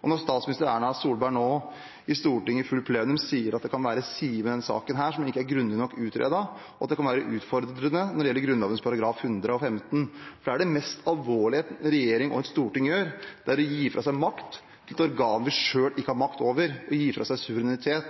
og når statsminister Erna Solberg nå i Stortinget, i fullt plenum, sier at det kan være sider ved denne saken som ikke er grundig nok utredet, og at den kan være utfordrende når det gjelder Grunnloven § 115? Det mest alvorlige en regjering og et storting gjør, er å gi fra seg makt til organer de selv ikke har makt over – å gi fra seg suverenitet.